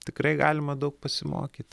tikrai galima daug pasimokyti